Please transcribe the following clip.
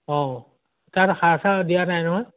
অঁ তাত সাৰ চাৰ দিয়া নাই নহয়